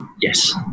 yes